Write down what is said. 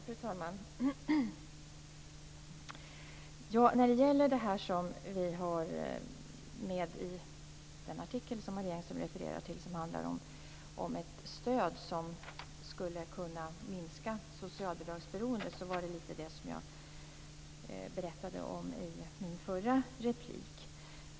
Fru talman! Först till det som vi har med i den artikel som Marie Engström refererar till, det som handlar om ett stöd som skulle kunna minska socialbidragsberoendet. Det var ju lite det som jag berättade om i mitt förra anförande.